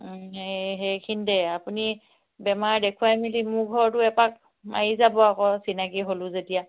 এই সেইখিনিতেই আপুনি বেমাৰ দেখুৱাই মেলি মোৰ ঘৰতো এপাক মাৰি যাব আকৌ চিনাকি হ'লো যেতিয়া